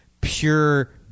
pure